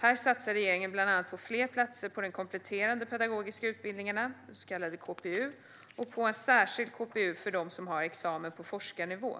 Här satsar regeringen bland annat på fler platser på de kompletterande pedagogiska utbildningarna, så kallade KPU, och på en särskild KPU för dem som har en examen på forskarnivå.